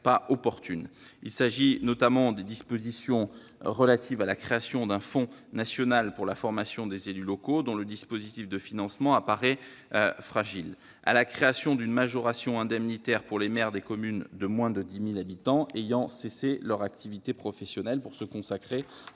pas opportunes. Il s'agit notamment des dispositions relatives à la création d'un fonds national pour la formation des élus locaux, dont le dispositif de financement apparaît fragile, et à la création d'une majoration indemnitaire pour les maires des communes de moins de 10 000 habitants ayant cessé leur activité professionnelle pour se consacrer à